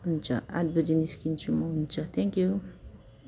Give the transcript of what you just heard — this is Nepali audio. हुन्छ आठ बजी निस्कन्छु म हुन्छ थ्याङ्क यु